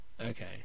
Okay